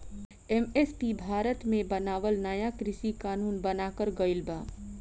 MSP Bharat मे बनावल नाया कृषि कानून बनाकर गइल बा